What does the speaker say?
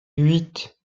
huit